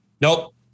Nope